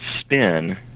spin